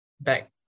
back